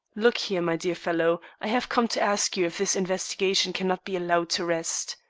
look here, my dear fellow, i have come to ask you if this investigation cannot be allowed to rest.